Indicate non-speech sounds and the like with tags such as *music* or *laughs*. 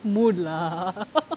mood lah *laughs*